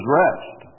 rest